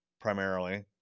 primarily